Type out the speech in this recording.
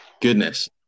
goodness